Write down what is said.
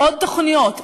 עוד תוכניות,